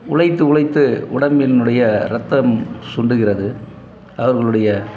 உழைத்து உழைத்து உடம்பினுடைய ரத்தம் சுண்டுகிறது அவர்களுடைய